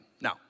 Now